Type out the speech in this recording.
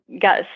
got